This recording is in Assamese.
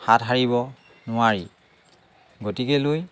হাত সাৰিব নোৱাৰি গতিকেলৈ